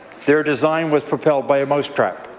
their design was propelled by a mouse trap.